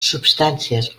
substàncies